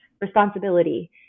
responsibility